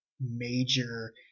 major